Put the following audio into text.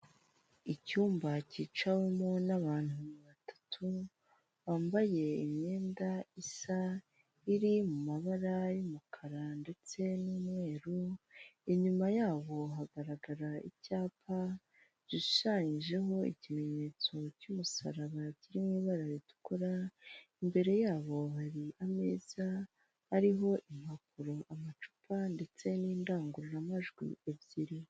Icyumba cyicawemo n'abantu batatu, bambaye imyenda isa, iri mu mabara y'umukara ndetse n'umweru, inyuma yabo hagaragara icyapa gishushanyijemo ikimenyetso cy'umusaraba, kiri mu ibara ritukura, imbere yabo hari ameza ariho impapuro, amacupa, ndetse n'indangururamajwi ebyiri.